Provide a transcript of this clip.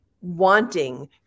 wanting